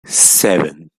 seven